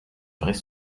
vraie